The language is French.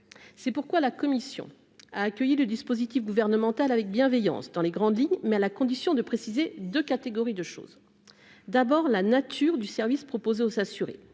c'est pourquoi la Commission a accueilli le dispositif gouvernemental avec bienveillance dans les grandes lignes, mais à la condition de préciser de catégories de choses d'abord la nature du service proposé aux assurés